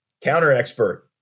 Counter-expert